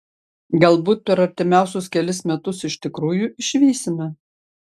galbūt per artimiausius kelis metus iš tikrųjų išvysime